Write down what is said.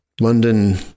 London